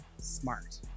smart